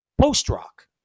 post-rock